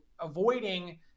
avoiding